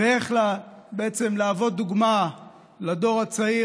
ואיך בעצם להוות דוגמה לדור הצעיר.